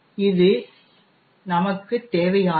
இது நமக்குத் தேவையானது